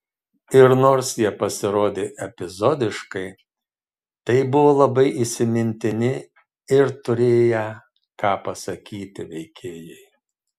ir nors jie pasirodė epizodiškai tai buvo labai įsimintini ir turėję ką pasakyti veikėjai